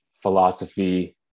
philosophy